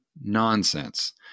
nonsense